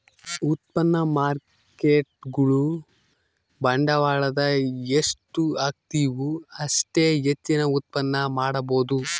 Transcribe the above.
ಉತ್ಪನ್ನ ಮಾರ್ಕೇಟ್ಗುಳು ಬಂಡವಾಳದ ಎಷ್ಟು ಹಾಕ್ತಿವು ಅಷ್ಟೇ ಹೆಚ್ಚಿನ ಉತ್ಪನ್ನ ಮಾಡಬೊದು